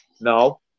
No